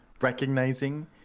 recognizing